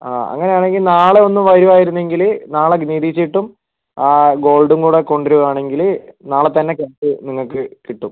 അത അങ്ങനെ ആണെങ്കിൽ നാളെ ഒന്ന് വരുവായിരുന്നെങ്കില് നാളെ നികുതി ചീട്ടും ഗോൾഡും കൂടെ കൊണ്ട് വരുവാണെങ്കില് നാളെ തന്നെ ക്രെഡിറ്റ് നിങ്ങൾക്ക് കിട്ടും